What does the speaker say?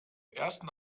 ersten